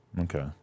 Okay